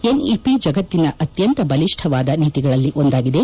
NEP ಜಗತ್ತಿನ ಅತ್ತಂತ ಬಲಿಷ್ಠವಾದ ನೀತಿಗಳಲ್ಲಿ ಒಂದಾಗಿದೆ